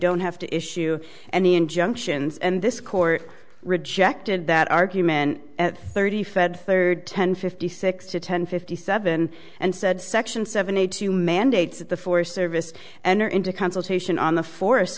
don't have to issue any injunctions and this court rejected that argument at thirty fed third ten fifty six to ten fifty seven and said section seventy two mandates that the forest service enter into consultation on the forest